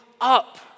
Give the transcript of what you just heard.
up